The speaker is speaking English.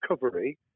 recovery